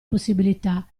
possibilità